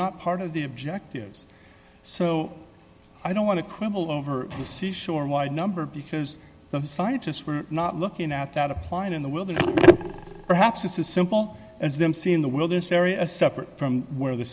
not part of the objectives so i don't want to quibble over the seashore wide number because the scientists were not looking at that applied in the wilderness perhaps this is simple as them seeing the wilderness area separate from where the